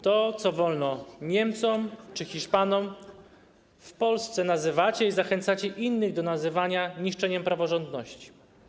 To, co wolno Niemcom czy Hiszpanom, w Polsce nazywacie i zachęcacie innych do nazywania niszczeniem praworządności.